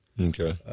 Okay